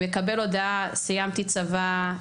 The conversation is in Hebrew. מקבל הודעה: סיימתי צבא,